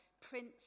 Prince